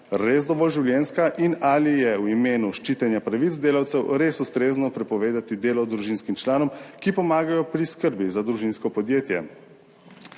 res dovolj življenjska in ali je v imenu ščitenja pravic delavcev res ustrezno prepovedati delo družinskim članom, ki pomagajo pri skrbi za družinsko podjetje.